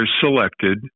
selected